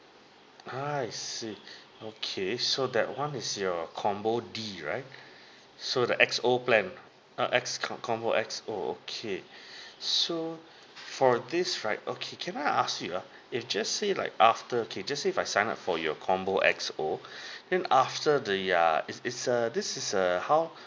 I see okay so that one is your combo D right so the X O plan uh X com~ combo X O okay so for this right okay can I ask you ah if just say like after okay just say if I sign up for your combo X O then after the err it's it's a this is a how